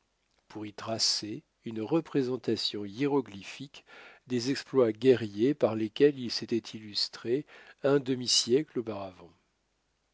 pour y tracer une représentation hiéroglyphique des exploits guerriers par lesquels il s'était illustré un demisiècle auparavant